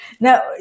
Now